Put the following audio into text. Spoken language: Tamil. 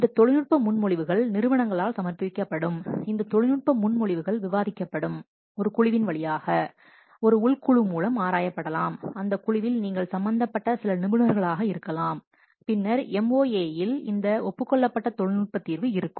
இந்த தொழில்நுட்ப முன்மொழிவுகள் நிறுவனங்களால் சமர்ப்பிக்கப்படும் இந்த தொழில்நுட்ப முன்மொழிவுகள் விவாதிக்கப்படும் ஒரு குழுவின் வழியாக ஒரு உள் குழு மூலம் ஆராயப்படலாம் அந்தக் குழுவில் நீங்கள் சம்பந்தப்பட்ட சில நிபுணர்களாக இருக்கலாம் பின்னர் MoA இல் இந்த ஒப்புக் கொள்ளப்பட்ட தொழில்நுட்ப தீர்வு இருக்கும்